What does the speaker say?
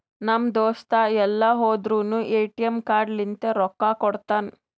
ನಮ್ ದೋಸ್ತ ಎಲ್ ಹೋದುರ್ನು ಎ.ಟಿ.ಎಮ್ ಕಾರ್ಡ್ ಲಿಂತೆ ರೊಕ್ಕಾ ಕೊಡ್ತಾನ್